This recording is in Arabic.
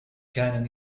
كان